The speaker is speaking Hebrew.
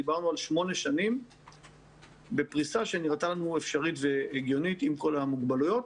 דיברנו על 8 שנים בפריסה שנראתה לנו אפשרית והגיונית עם כל המוגבלויות.